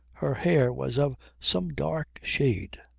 her hair was of some dark shade.